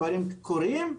דברים קורים,